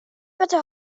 better